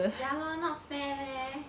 ya lor not fair leh